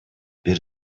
бир